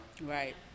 Right